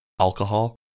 alcohol